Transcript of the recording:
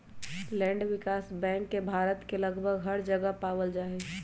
land विकास bank के भारत के लगभग हर जगह पावल जा हई